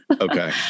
okay